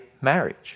marriage